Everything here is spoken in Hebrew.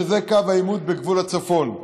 שזה קו העימות בגבול הצפון.